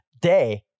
Day